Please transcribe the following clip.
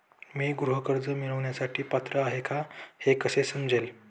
मी गृह कर्ज मिळवण्यासाठी पात्र आहे का हे कसे समजेल?